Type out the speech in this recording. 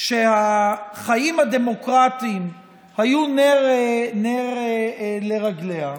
שהחיים הדמוקרטיים היו נר לרגליה,